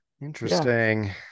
Interesting